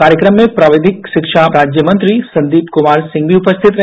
कार्यक्रम में प्राविधिक शिक्षा राज्य मंत्री संदीप कुमार सिंह भी उपस्थित रहे